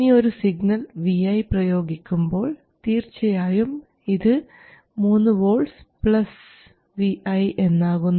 ഇനി ഒരു signal vi പ്രയോഗിക്കുമ്പോൾ തീർച്ചയായും ഇത് 3 V vi എന്നാകുന്നു